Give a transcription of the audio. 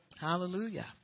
Hallelujah